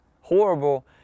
horrible